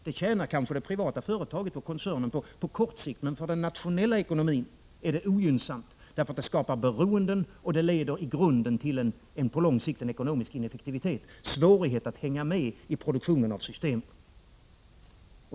Det tjänar kanske det privata företaget eller koncernen på — på kort sikt — men för den nationella ekonomin är det ogynnsamt därför att det skapar beroende och leder i grunden och på lång sikt till ekonomisk ineffektivitet, svårighet att hänga med i produktionen av systemen.